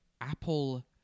Apple